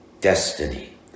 destiny